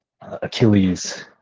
Achilles